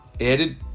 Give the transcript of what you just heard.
added